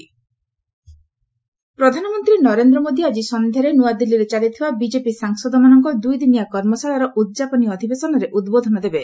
PM workshop ପ୍ରଧାନମନ୍ତ୍ରୀ ନରେନ୍ଦ୍ର ମୋଦି ଆଜି ସନ୍ଧ୍ୟାରେ ନୂଆଦିଲ୍ଲୀରେ ଚାଲିଥିବା ବିଜେପି ସାଂସଦମାନଙ୍କ ଦୁଇଦିନିଆ କର୍ମଶାଳାର ଉଦ୍ଯାପନୀ ଅଧିବେଶନରେ ଉଦ୍ବୋଧନ ଦେବେ